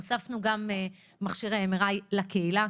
הוספנו גם מכשירי MRI לקהילה,